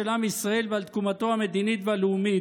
עם ישראל ועל תקומתו המדינית והלאומית,